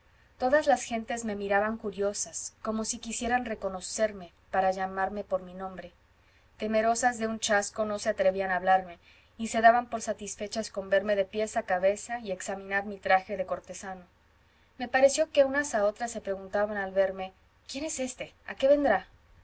todas las gentes me miraban curiosas como si quisieran reconocerme para llamarme por mi nombre temerosas de un chasco no se atrevían a hablarme y se daban por satisfechas con verme de pies a cabeza y examinar mi traje de cortesano me pareció que unas a otras se preguntaban al verme quién es éste a qué vendrá